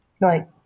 right